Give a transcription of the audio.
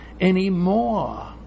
anymore